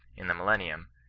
in the millennium,